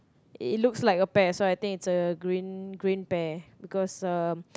it looks like a pear so I think it's a green green pear because um